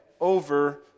over